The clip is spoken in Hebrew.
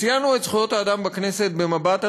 ציינו את זכויות האדם בכנסת במבט על